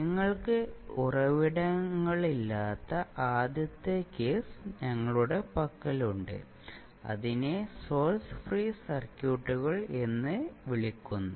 നിങ്ങൾക്ക് ഉറവിടങ്ങളില്ലാത്ത ആദ്യത്തെ കേസ് ഞങ്ങളുടെ പക്കലുണ്ട് അതിനെ സോഴ്സ് ഫ്രീ സർക്യൂട്ടുകൾ എന്ന് വിളിക്കുന്നു